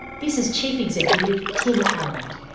this is chief executive, tim allard.